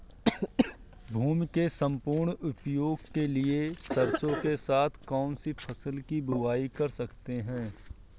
भूमि के सम्पूर्ण उपयोग के लिए सरसो के साथ कौन सी फसल की बुआई कर सकते हैं?